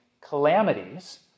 calamities